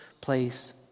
place